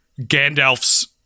Gandalf's